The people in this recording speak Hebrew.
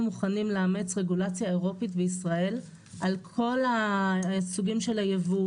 מוכנים לאמץ רגולציה אירופית בישראל על כל הסוגים של הייבוא,